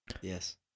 Yes